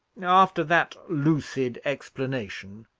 after that lucid explanation,